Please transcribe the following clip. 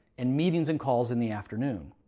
and meetings and calls in the afternoon.